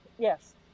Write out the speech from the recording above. Yes